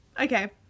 okay